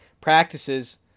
practices